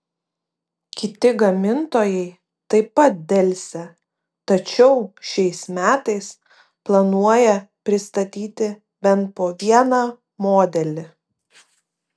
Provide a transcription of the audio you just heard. kiti gamintojai taip pat delsia tačiau šiais metais planuoja pristatyti bent po vieną modelį